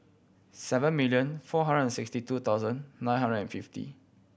seven million four hundred and sixty two thousand nine hundred and fifty